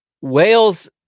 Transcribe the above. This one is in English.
Wales